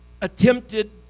attempted